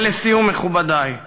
ולסיום, מכובדי,